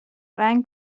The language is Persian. رنگ